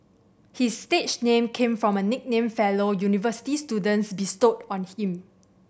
his stage name came from a nickname fellow university students bestowed on him